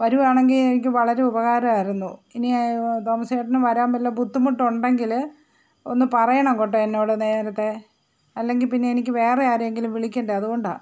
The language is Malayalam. വരുവാണെങ്കിൽ എനിക്ക് വളരെ ഉപകാരമായിരുന്നു ഇനി തോമസേട്ടന് വരാന് വല്ല ബുദ്ധിമുട്ടുണ്ടെങ്കിൽ ഒന്ന് പറയണം കേട്ടോ എന്നോട് നേരത്തെ അല്ലെങ്കിൽ പിന്നെ എനിക്ക് വേറെ ആരെയെങ്കിലും വിളിക്കണ്ടേ അതുകൊണ്ടാണ്